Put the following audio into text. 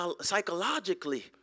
psychologically